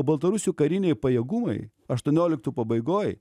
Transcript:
baltarusių kariniai pajėgumai aštuonioliktų pabaigoj